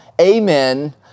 amen